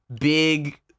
big